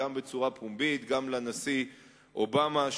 גם בצורה פומבית וגם לנשיא אובמה,